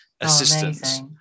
assistance